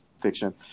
fiction